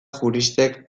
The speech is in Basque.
juristek